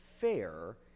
fair